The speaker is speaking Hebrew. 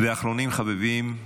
ואחרונים חביבים,